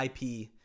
ip